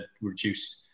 reduce